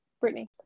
Brittany